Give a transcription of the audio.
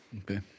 Okay